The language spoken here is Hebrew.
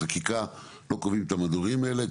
בחקיקה לא קובעים את המדורים האלה,